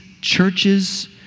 churches